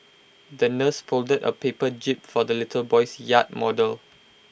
the nurse folded A paper jib for the little boy's yacht model